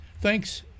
thanks